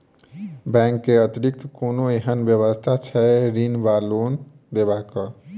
Bank केँ अतिरिक्त कोनो एहन व्यवस्था छैक ऋण वा लोनदेवाक?